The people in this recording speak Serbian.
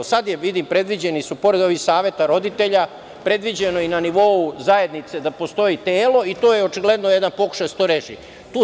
Sada je, vidim, pored ovih saveta roditelja, predviđeno i na nivou zajednice da postoji telo i to je očigledno jedan pokušaj da se to reši.